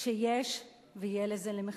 שיש ויהיה לזה מחיר.